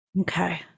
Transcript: Okay